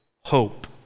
hope